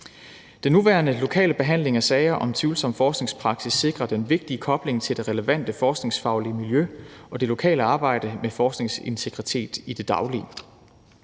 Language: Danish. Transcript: Den nuværende lokale behandling af sager om tvivlsom forskningspraksis sikrer den vigtige kobling til det relevante forskningsfaglige miljø og det lokale arbejde med forskningsintegritet i det daglige.